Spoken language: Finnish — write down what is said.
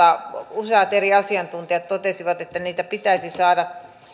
useat eri asiantuntijat totesivat että niitä pitäisi saada